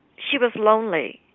she was lonely.